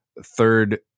third